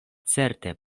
certe